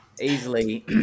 easily